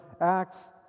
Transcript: Acts